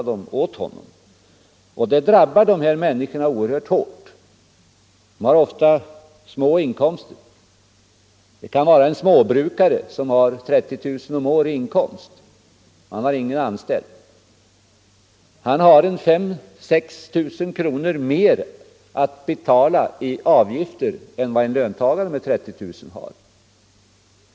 Det drabbar dessa människor oerhört hårt. De har ofta små inkomster. Det kan vara en småbrukare med kanske 30 000 kronor per år i inkomst. Han får betala 5 000-6 000 kronor mer i avgifter än en löntagare med samma inkomst.